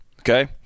okay